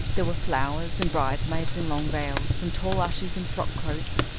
there were flowers, and bridesmaids in long veils, and tall ushers in frock-coats,